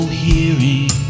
hearing